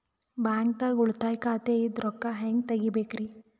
ಬ್ಯಾಂಕ್ದಾಗ ಉಳಿತಾಯ ಖಾತೆ ಇಂದ್ ರೊಕ್ಕ ಹೆಂಗ್ ತಗಿಬೇಕ್ರಿ?